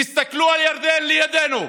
תסתכלו על ירדן לידינו.